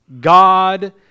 God